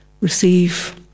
receive